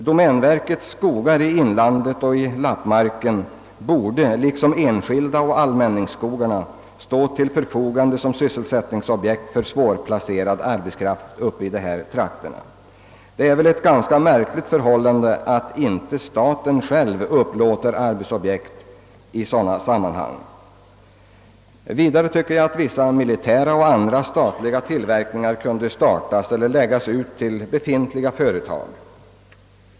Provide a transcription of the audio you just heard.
Domänverkets skogar i inlan det och i Lappmarken borde, liksom enskilda skogar och allmänningsskogar, stå till förfogande som sysselsättningsobjekt för svårplacerad arbetskraft. Det är väl ett ganska märkligt förhållande att staten inte själv upplåter arbetsobjekt i sådana sammanhang. Vidare tycker jag att vissa militära och andra statliga tillverkningar kunde startas eller läggas ut till befintliga företag.